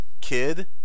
kid